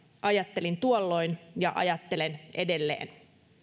ajattelin tuolloin ja ajattelen edelleen